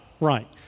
right